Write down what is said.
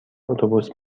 اتوبوس